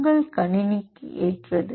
உங்கள் கணினிக்கு ஏற்றது